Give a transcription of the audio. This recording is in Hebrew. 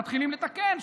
מתחילים לתקן,